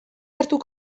hartu